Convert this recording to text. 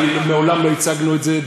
מעולם לא הצגנו את זה.